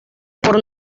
por